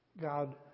God